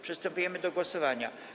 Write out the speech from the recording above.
Przystępujemy do głosowania.